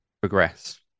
progress